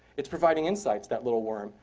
it's providing insights, that little worm,